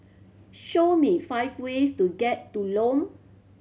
show me five ways to get to Lome